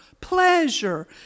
pleasure